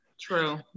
true